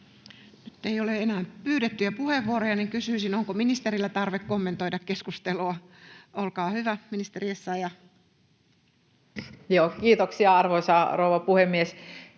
Nyt ei ole enää pyydettyjä puheenvuoroja, niin kysyisin, onko ministerillä tarve kommentoida keskustelua. — Olkaa hyvä, ministeri Essayah. [Speech